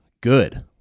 Good